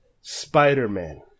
Spider-Man